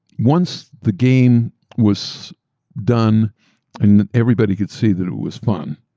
once the game was done and everybody could see that it was fun,